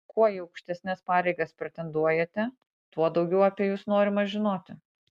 kuo į aukštesnes pareigas pretenduojate tuo daugiau apie jus norima žinoti